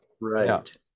right